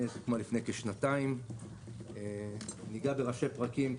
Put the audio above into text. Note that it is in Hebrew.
אני אגע בראשי פרקים,